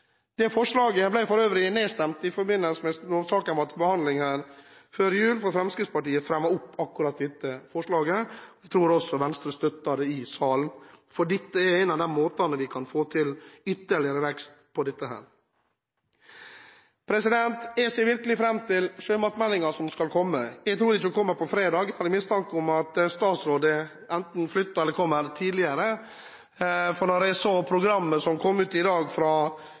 forslaget ble for øvrig nedstemt da saken var til behandling før jul. Fremskrittspartiet fremmet dette forslaget. Jeg tror også Venstre støttet det i salen. Dette er en av de måtene vi kan få til ytterligere vekst på. Jeg ser virkelig fram til sjømatmeldingen som skal komme. Jeg tror ikke den kommer på fredag. Jeg har en mistanke om at statsrådet enten blir flyttet eller blir tidligere. Når jeg ser programmet – som kom i dag – fra